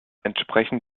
entsprechend